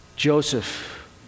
Joseph